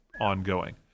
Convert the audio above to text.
ongoing